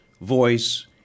voice